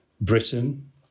Britain